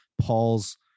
Paul's